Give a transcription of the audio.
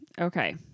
Okay